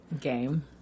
Game